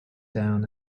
down